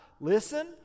Listen